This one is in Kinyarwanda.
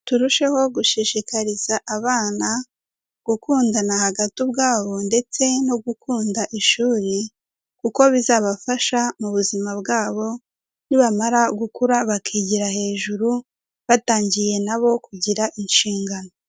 Turusheho gushishikariza abana gukundana hagati ubwabo ndetse no gukunda ishuri kuko bizabafasha mu buzima bwabo, nibamara gukura bakigira hejuru batangiye nabo kugira inshingano.